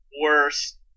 worst